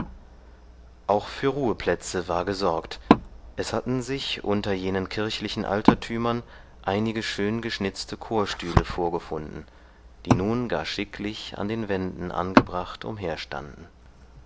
auch für ruheplätze war gesorgt es hatten sich unter jenen kirchlichen altertümern einige schön geschnitzte chorstühle vorgefunden die nun gar schicklich an den wänden angebracht